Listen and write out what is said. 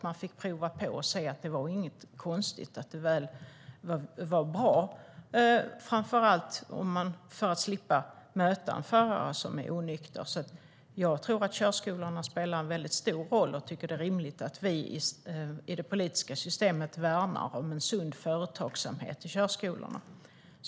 Man fick prova och se att det inte var något konstigt utan att det var bra, framför allt för att man ska slippa möta en förare som är onykter. Jag tror att körskolorna spelar en mycket stor roll och tycker att det är rimligt att vi i det politiska systemet värnar om en sund företagsamhet i körskolorna.